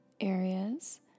areas